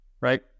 right